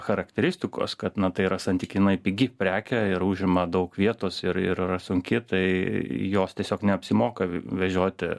charakteristikos kad na tai yra santykinai pigi prekė ir užima daug vietos ir ir yra sunki tai jos tiesiog neapsimoka vežioti